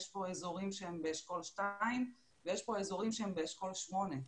יש פה אזורים שהם באשכול 2 ויש פה אזורים שהם באשכול 8,